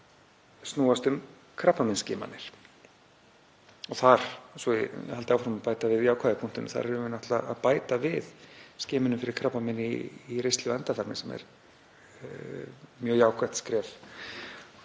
snúast um krabbameinsskimanir. Þar, svo ég haldi áfram að bæta við jákvæða punktinn, erum við náttúrlega að bæta við skimunum fyrir krabbameini í ristli og endaþarmi sem er mjög jákvætt skref